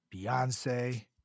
Beyonce